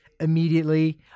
immediately